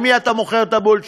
למי אתה מוכר את הבולשיט?